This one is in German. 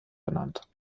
benannt